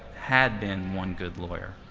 had been one good lawyer.